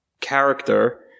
character